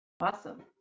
Awesome